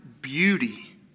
beauty